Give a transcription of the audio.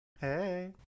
Hey